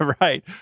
Right